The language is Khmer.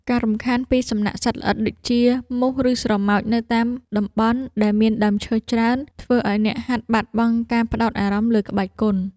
ការរំខានពីសំណាក់សត្វល្អិតដូចជា មូស ឬស្រមោច នៅតាមតំបន់ដែលមានដើមឈើច្រើន ធ្វើឱ្យអ្នកហាត់បាត់បង់ការផ្ដោតអារម្មណ៍លើក្បាច់គុណ។